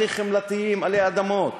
הכי חמלתיים עלי אדמות,